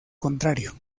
contrario